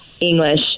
English